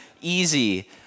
easy